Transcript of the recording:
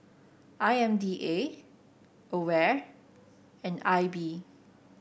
I M D A Aware and I B